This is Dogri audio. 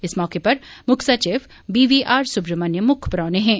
इस मौके पर मुक्ख सचिव बी वी आर सुब्रमणियम मुक्ख परौहने हे